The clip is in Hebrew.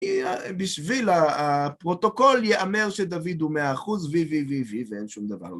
בשביל הפרוטוקול יאמר שדוד הוא מאה אחוז ווי ווי ווי ווי ואין שום דבר.